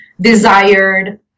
desired